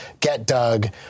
GetDug